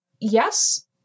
Yes